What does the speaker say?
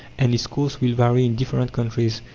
and its course will vary in different countries.